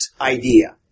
idea